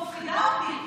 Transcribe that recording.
מפחידה אותי,